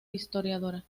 historiadora